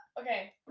okay